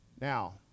Now